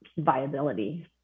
viability